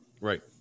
right